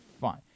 fine